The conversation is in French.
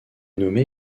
nommé